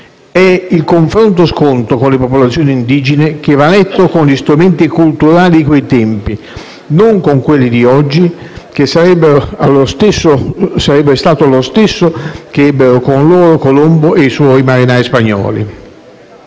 e il confronto-scontro con le popolazioni indigene - che va letto con gli strumenti culturali di quei tempi, non con quelli di oggi - sarebbe stato lo stesso che ebbero con loro Colombo e i suoi marinai spagnoli.